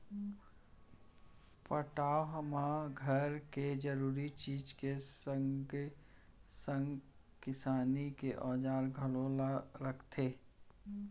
पटउहाँ म घर के जरूरी चीज के संगे संग किसानी के औजार घलौ ल रखथे